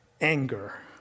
anger